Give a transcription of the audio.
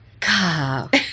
God